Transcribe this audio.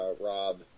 Rob